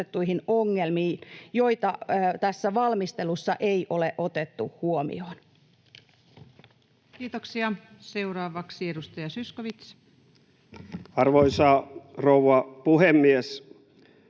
joita tässä valmistelussa ei ole otettu huomioon? Kiitoksia. — Seuraavaksi edustaja Zyskowicz. Arvoisa rouva puhemies!